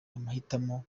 amahitamo